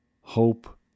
Hope